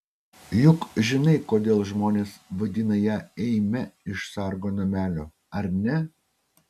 juk žinai kodėl žmonės vadina ją eime iš sargo namelio ar ne